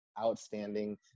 outstanding